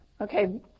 Okay